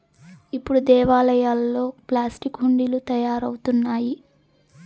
ఇప్పుడు దేవాలయాల్లో ప్లాస్టిక్ హుండీలు తయారవుతున్నాయి